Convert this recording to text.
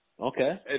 Okay